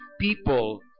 people